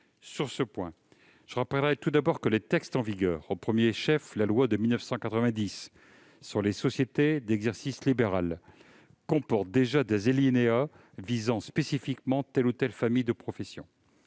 Sur ce point, je rappellerai tout d'abord que les textes en vigueur, en particulier la loi du 31 décembre 1990 sur les sociétés d'exercice libéral, comportent déjà des dispositions visant spécifiquement telle ou telle famille professionnelle.